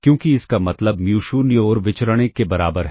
क्योंकि इसका मतलब म्यू 0 और विचरण 1 के बराबर है